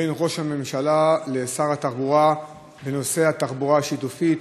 בין ראש הממשלה לשר התחבורה בנושא התחבורה השיתופית,